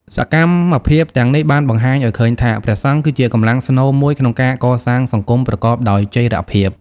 សកម្មភាពទាំងនេះបានបង្ហាញឱ្យឃើញថា ព្រះសង្ឃគឺជាកម្លាំងស្នូលមួយក្នុងការកសាងសង្គមប្រកបដោយចីរភាព។